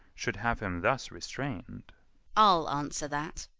should have him thus restrain'd i'll answer that.